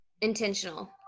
Intentional